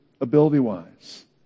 ability-wise